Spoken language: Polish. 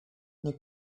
nie